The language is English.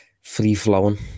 free-flowing